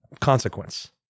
consequence